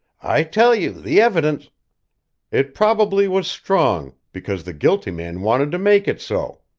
i tell you the evidence it probably was strong, because the guilty man wanted to make it so.